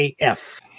AF